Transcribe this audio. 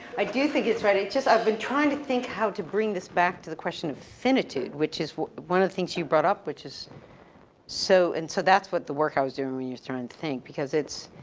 i do think it's ready i just i've been trying to think how to bring this back to the question of finitude, which is one of the things you brought up which is so, and so that's what the work i was doing when you were trying to and think. because it's,